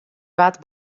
wat